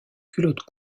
culotte